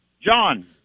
John